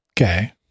Okay